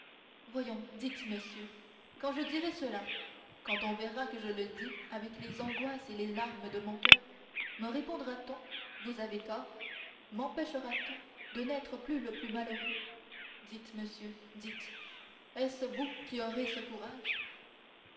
voyons dites monsieur quand je dirai cela quand on verra que je le dis avec les angoisses et les larmes de mon coeur me répondra-t-on vous avez tort mempêchera t on de n'être pas le plus malheureux dites monsieur dites est-ce vous qui aurez ce courage